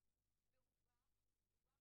או שהבן זוג שלהן